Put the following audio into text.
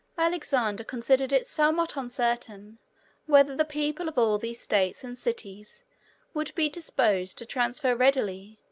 alexander considered it somewhat uncertain whether the people of all these states and cities would be disposed to transfer readily,